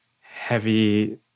heavy